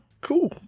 Cool